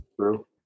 True